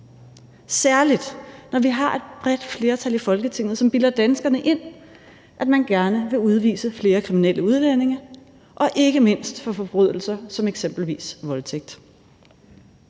særlig når vi har et bredt flertal i Folketinget, som bilder danskerne ind, at man gerne vil udvise flere kriminelle udlændinge, ikke mindst for forbrydelser som eksempelvis voldtægt.